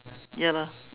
ya lah